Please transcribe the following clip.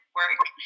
work